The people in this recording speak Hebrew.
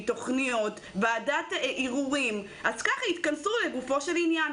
ובכל תכנית שמתכנסת לגופו של עניין.